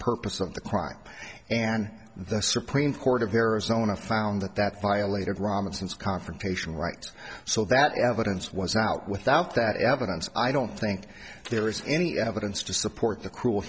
purpose of the crime and the supreme court of arizona found that that violated robinson's confrontation right so that evidence was out without that evidence i don't think there is any evidence to support the cruel